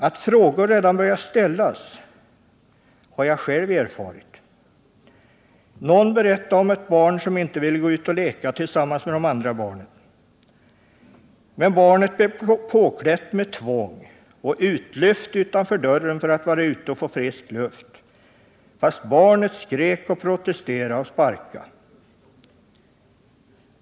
Att frågor redan börjat ställas har jag själv erfarit. Någon berättade om ett barn som inte ville gå ut och leka tillsammans med de andra barnen. Men barnet blev påklätt med tvång och utlyft utanför dörren för att vara ute och få frisk luft, trots att det skrek, protesterade och sparkade.